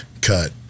cut